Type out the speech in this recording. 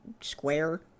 square